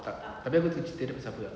tak tapi aku tahu cerita dia pasal apa ah